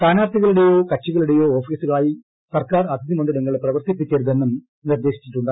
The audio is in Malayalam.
സ്ഥാനാർത്ഥികളുടെയോ കക്ഷികളുടെയോ ഓഫീസുകളായി സർക്കാർ അതിഥിമന്ദിരങ്ങൾ പ്രവർത്തിപ്പിക്കരുതെന്നും നിർദ്ദേശിച്ചിട്ടുണ്ട്